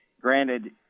Granted